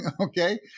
okay